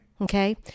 okay